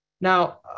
Now